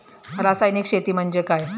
रासायनिक शेती म्हणजे काय?